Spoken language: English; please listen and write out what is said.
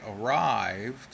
arrived